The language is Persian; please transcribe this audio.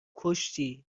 کشتی